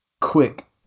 quick